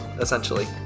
essentially